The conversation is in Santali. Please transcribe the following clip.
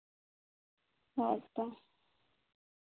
ᱦᱳᱭ ᱛᱚ